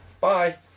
Bye